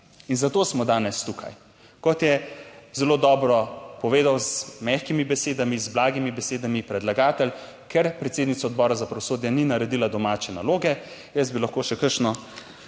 in zato smo danes tukaj. Kot je zelo dobro povedal, z mehkimi besedami, z blagimi besedami predlagatelj, ker predsednica Odbora za pravosodje ni naredila domače naloge, jaz bi lahko še kakšno